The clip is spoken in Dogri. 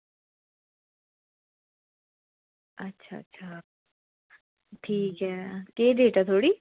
अच्छा अच्छा ठीक ऐ केह् डेट ऐ थुआढ़ी